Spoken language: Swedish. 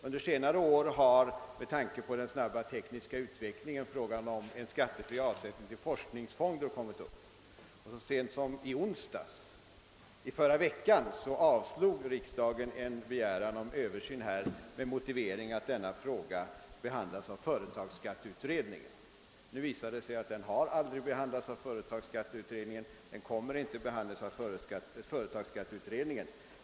Under senare år har med tanke på den snabba tekniska utvecklingen frågan om en skattefri avsättning till forskningsfonder kommit upp. Så sent som i onsdags förra veckan avslog riksdagen en begäran om översyn med motivering att denna fråga behandlas av företagsskatteutredningen. Nu visar det sig att den aldrig har behandlas och inte heller kommer att behandlas av företagsskatte utredningen.